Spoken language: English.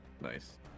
Nice